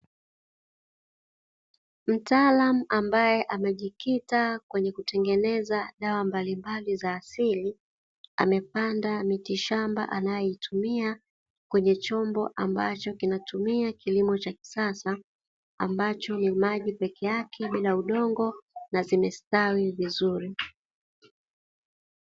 Mtaalamu ambaye amejikita kwenye kutengeneza dawa mbalimbali za asili amepanda miti shamba anayoitumia kwenye chombo ambacho kinatumia kilimo cha kisasa ambacho ni maji peke yake bila udongo na zimestawi vizuri.